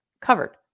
covered